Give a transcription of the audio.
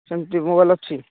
ସେମିତି ମୋବାଇଲ ଅଛି